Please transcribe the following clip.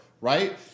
right